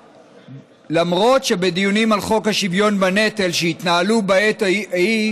למרות שבדיונים על חוק השוויון בנטל שהתנהלו בעת ההיא